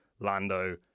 Lando